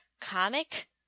comic